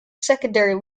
secondary